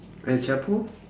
el chapo